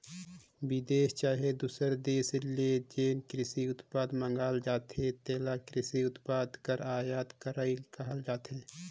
बिदेस चहे दूसर देस ले जेन किरसी उत्पाद मंगाल जाथे तेला किरसी उत्पाद कर आयात करई कहल जाथे